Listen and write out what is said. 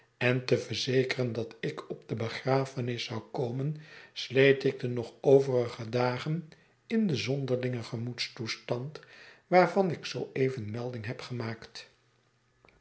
en te verzekeren dat ik op de begrafenis zou komen sleet ik de nog overige dagen in den zonderlingen gemoedstoestand waarvan ik zoo even melding heb gemaakt